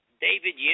David